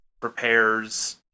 prepares